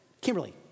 Kimberly